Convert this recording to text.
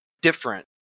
different